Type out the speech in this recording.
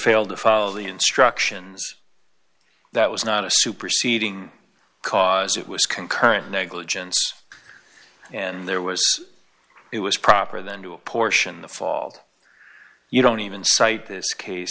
failed to follow the instructions that was not a superseding cause it was concurrent negligence and there was it was proper then to apportion the fault you don't even c